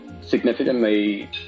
significantly